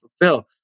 fulfill